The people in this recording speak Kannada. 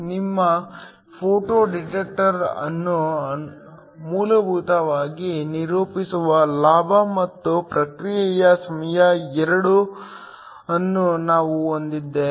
ನಿಮ್ಮ ಫೋಟೋ ಡಿಟೆಕ್ಟರ್ ಅನ್ನು ಮೂಲಭೂತವಾಗಿ ನಿರೂಪಿಸುವ ಲಾಭ ಮತ್ತು ಪ್ರತಿಕ್ರಿಯೆ ಸಮಯ ಎರಡನ್ನೂ ನಾವು ಹೊಂದಿದ್ದೇವೆ